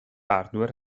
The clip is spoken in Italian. hardware